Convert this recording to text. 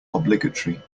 obligatory